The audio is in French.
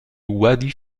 wadi